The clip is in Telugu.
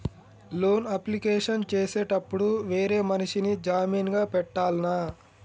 లోన్ అప్లికేషన్ చేసేటప్పుడు వేరే మనిషిని జామీన్ గా పెట్టాల్నా?